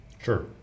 Sure